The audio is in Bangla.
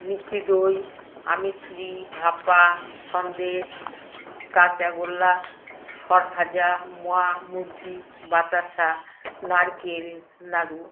মিষ্টি দই আমিত্রি ভাপা সন্দেশ কাঁচা গোল্লা শরভাজা মোয়া মুড়কি বাতাসা নারকেল নাড়ু